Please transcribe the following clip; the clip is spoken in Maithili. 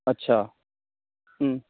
अच्छा हँ